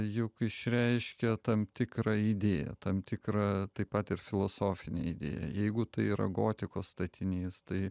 juk išreiškia tam tikrą idėją tam tikrą taip pat ir filosofinę idėją jeigu tai yra gotikos statinys tai